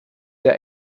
der